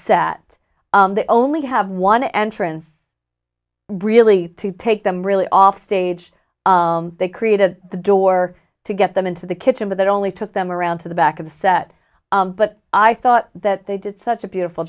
t they only have one entrance really to take them really offstage they created the door to get them into the kitchen but that only took them around to the back of the set but i thought that they did such a beautiful